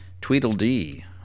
Tweedledee